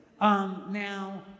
Now